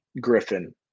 Griffin